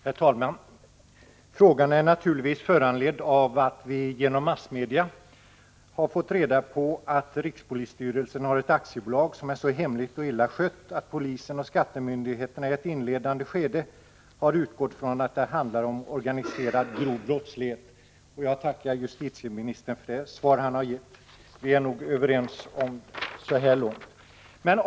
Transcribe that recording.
Herr talman! Frågan är naturligtvis föranledd av att vi genom massmedia har fått reda på att rikspolisstyrelsen har ett aktiebolag som är så hemligt och så illa skött att polisen och skattemyndigheterna i ett inledande skede har utgått från att det handlat om organiserad, grov brottslighet. Jag tackar justitieministern för det svar som han har avgivit. Vi är nog så här långt överens.